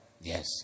Yes